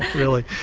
really.